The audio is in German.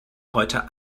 heute